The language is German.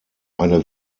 eine